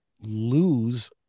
lose